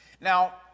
Now